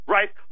Right